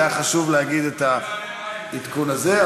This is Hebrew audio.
והיה חשוב להגיד את העדכון הזה,